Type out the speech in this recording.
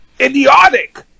idiotic